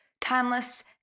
timeless